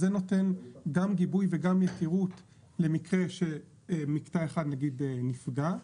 זה נותן גם גיבוי וגם יתירות למקרה שמקטע אחד נגיד נפגע,